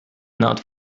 not